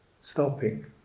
stopping